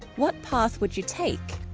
what path would you take?